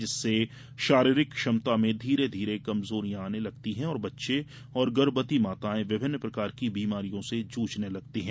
जिससे शारीरिक क्षमता में धीरे धीरे कमजोरियां आने लगती है और बच्चे और गर्भवती माताएं विभिन्न प्रकार की बीमारियों से जुझने लगती है